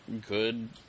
good